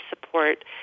support